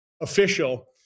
official